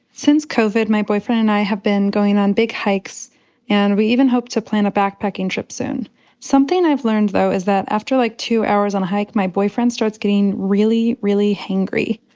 since covid, my boyfriend and i have been going on big hikes and we even hope to plan a backpacking trip soon something i've learned though, is that after like two hours on a hike, my boyfriend starts getting really, really hangry.